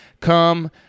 come